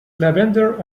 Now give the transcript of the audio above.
lavender